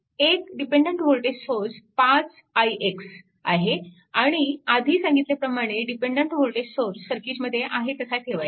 एक dependent voltage source आहे 5 ix आणि आधी सांगितल्याप्रमाणे डिपेन्डन्ट वोल्टेज सोर्स सर्किटमध्ये आहे तसा ठेवायचा